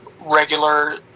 regular